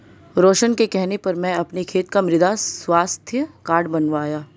रोशन के कहने पर मैं अपने खेत का मृदा स्वास्थ्य कार्ड बनवाया